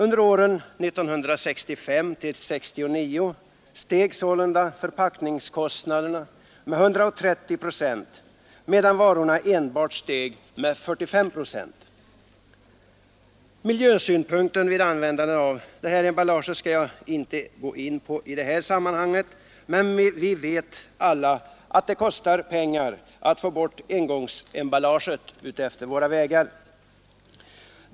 Under åren 1965—1969 steg sålunda förpackningskostnaderna med 130 procent, medan varukostnaderna enbart steg med 45 procent. Miljöskyddssynpunkterna vid användandet av dessa emballage skall jag inte gå in på i detta sammanhang, men vi vet alla att det kostar pengar att få bort engångsemballaget utefter våra vägar.